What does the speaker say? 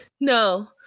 no